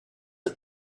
are